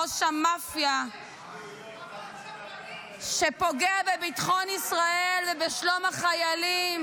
ראש המאפייה שפוגע בביטחון ישראל ובשלום החיילים